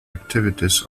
activities